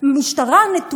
וזה הפקודה המיושנת הזאת,